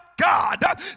God